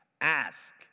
ask